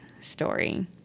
story